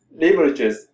leverages